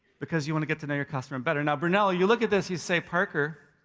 because you wanna get to know your customer better. now, brunello you look at this, you say, parker,